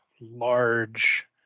large